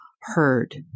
heard